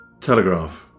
Telegraph